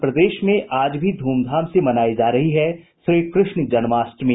और प्रदेश में आज भी धूमधाम से मनायी जा रही है श्रीकृष्ण जन्माष्टमी